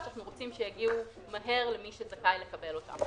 שאנחנו רוצים שיגיעו מהר למי שזכאי לקבל אותם.